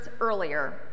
earlier